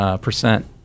percent